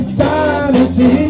dynasty